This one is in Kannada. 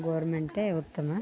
ಗೌರ್ಮೆಂಟೇ ಉತ್ತಮ